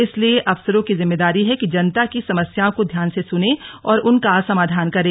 इसलिए अफसरों की जिम्मेदारी है कि जनता की समस्याओं को ध्यान से सुने और उनका समाधान करे